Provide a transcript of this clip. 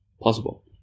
possible